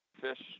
fish